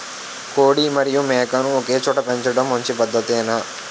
కోడి మరియు మేక ను ఒకేచోట పెంచడం మంచి పద్ధతేనా?